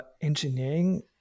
engineering